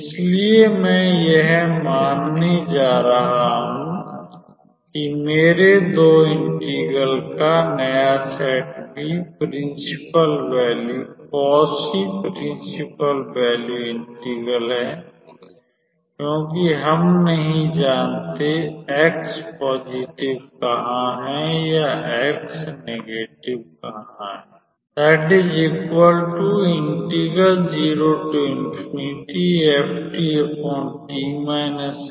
इसलिए मैं यह मानने जा रहा हूं कि मेरे दो इंटीग्रल का नया सेट भी principal value Cauchy principal value integral है क्योंकि हम नही जानते एक्स पॉजिटिव कहां हैं या एक्स नेगेटिव है